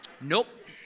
Nope